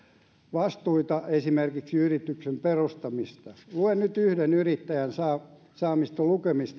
vastuita esimerkiksi yrityksen perustamisesta luen nyt yhden yrittäjän viestin saamistani